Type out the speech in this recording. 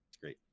great